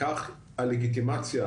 כך הלגיטימציה,